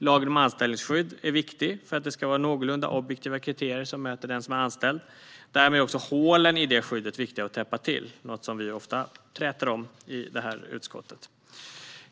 Lagen om anställningsskydd är viktig för att det ska vara någorlunda objektiva kriterier som möter den som är anställd. Därmed är också hålen i det skyddet viktiga att täppa till, något som vi ju ofta träter om i det här utskottet.